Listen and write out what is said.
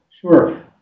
Sure